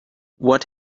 what